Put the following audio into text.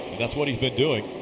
that's what he's been doing,